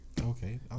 Okay